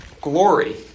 glory